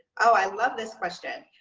ah i love this question.